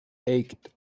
eight